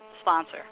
sponsor